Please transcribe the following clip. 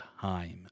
time